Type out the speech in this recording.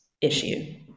issue